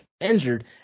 injured